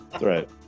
right